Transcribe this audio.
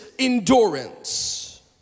endurance